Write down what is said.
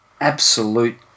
absolute